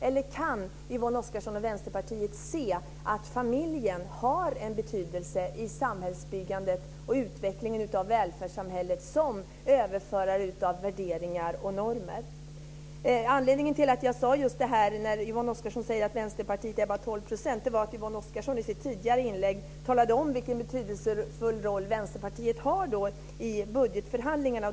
Eller kan Yvonne Oscarsson och Vänsterpartiet se att familjen har en betydelse i samhällsbyggandet och utvecklingen av välfärdssamhället som överförare av värderingar och normer? Anledningen till att jag tog upp detta med att Yvonne Oscarsson säger att Vänsterpartiet bara har 12 % var att hon i sitt tidigare inlägg talade om vilken betydelsefull roll Vänsterpartiet har i budgetförhandlingarna.